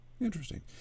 Interesting